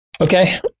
Okay